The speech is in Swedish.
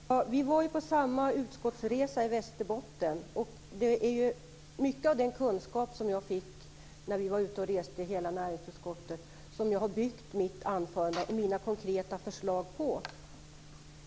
Herr talman! Vi var på samma utskottsresa i Västerbotten. Jag har byggt mina konkreta förslag på mycket av den kunskap som jag fick när hela näringsutskottet var ute och reste.